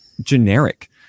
generic